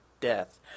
death